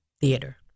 theater